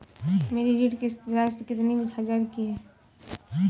मेरी ऋण किश्त राशि कितनी हजार की है?